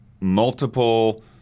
multiple